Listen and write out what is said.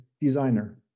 designer